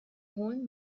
hohen